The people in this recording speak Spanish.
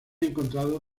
encontrado